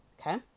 Okay